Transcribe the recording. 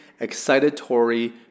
excitatory